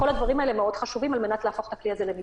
כל הדברים האלה מאוד חשובים על מנת להפוך את הכלי הזה למידתי.